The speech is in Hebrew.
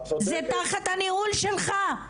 זה תחת הניהול שלך.